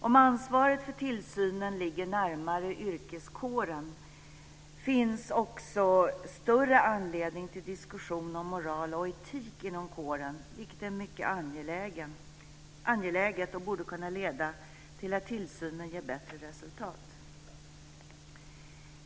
Om ansvaret för tillsynen ligger närmare yrkeskåren finns det också större anledning till diskussion om moral och etik inom kåren, vilket är mycket angeläget och borde kunna leda till att tillsynen ger bättre resultat.